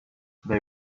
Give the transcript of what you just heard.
they